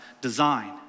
design